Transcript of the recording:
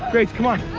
grace, come on,